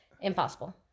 Impossible